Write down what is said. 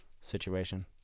Situation